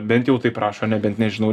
bent jau taip rašo nebent nežinau